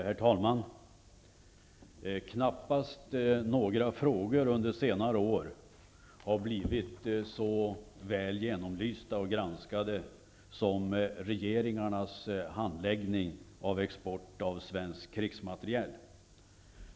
Herr talman! Knappast några frågor under senare år har blivit så väl genomlysta och granskade som regeringarnas handläggning av export av svensk krigsmateriel.